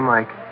Mike